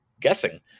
guessing